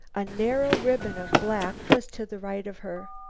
a narrow ribbon of black was to the right of her.